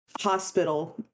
hospital